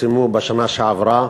פורסמו בשנה שעברה,